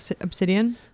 obsidian